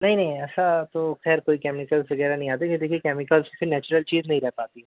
نہیں نہیں ایسا تو خیر کوئی کیمیکلز وغیرہ نہیں آتے جیسے کہ کیمکلز سے نیچرل چیز نہیں رہ پاتی